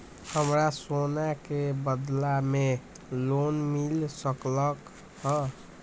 हमरा सोना के बदला में लोन मिल सकलक ह?